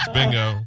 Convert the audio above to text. Bingo